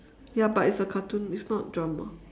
ya but it's a cartoon it's not drama